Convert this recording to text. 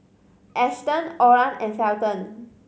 Ashton Oran and Felton